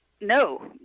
No